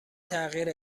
تغییر